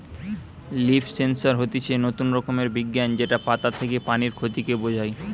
leaf sensor হতিছে নতুন রকমের বিজ্ঞান যেটা পাতা থেকে পানির ক্ষতি কে বোঝায়